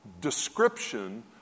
description